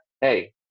hey